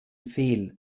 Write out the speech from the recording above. fehl